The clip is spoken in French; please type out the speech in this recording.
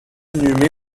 inhumé